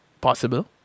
Possible